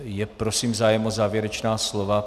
Je prosím zájem o závěrečná slova?